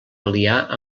aliar